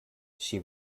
she